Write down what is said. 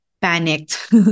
panicked